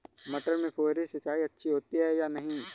मटर में फुहरी सिंचाई अच्छी होती है या नहीं?